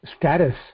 status